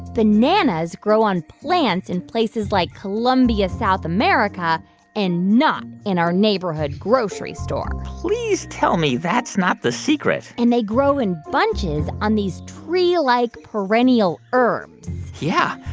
bananas grow on plants in places like colombia, south america and not in our neighborhood grocery store please tell me that's not the secret and they grow in bunches on these tree-like perennial herbs yeah.